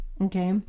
Okay